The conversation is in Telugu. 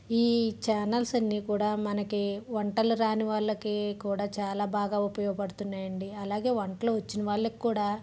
ఈ చానల్స్ అన్నీ కూడా మనకి వంటలు రాని వాళ్ళకి కూడా చాలా బాగా ఉపయోగపడుతున్నాయి అండి అలాగే వంటలు వచ్చిన వాళ్ళకి కూడా